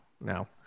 no